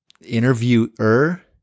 interviewer